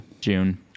June